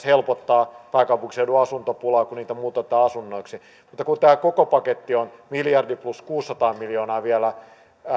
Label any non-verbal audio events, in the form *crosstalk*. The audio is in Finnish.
*unintelligible* helpottaa pääkaupunkiseudun asuntopulaa kun niitä muutetaan asunnoiksi mutta kun tämä koko paketti on miljardi plus kuusisataa miljoonaa vielä